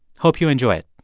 hope you enjoy it